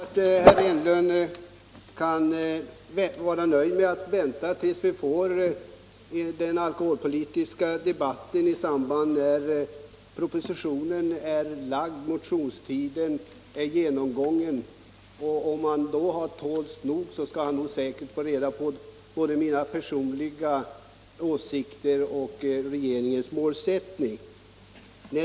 Herr talman! Jag tycker att herr Enlund kan vara nöjd med att vänta tills vi får den alkoholpolitiska debatten när propositionen är lagd och motionstiden är utgången. Om han ger sig till tåls till dess, skall han säkert få reda på både mina personliga åsikter och regeringens målsättning.